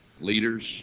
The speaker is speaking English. leaders